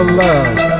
love